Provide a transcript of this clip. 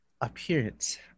appearance